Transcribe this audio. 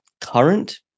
current